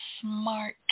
smart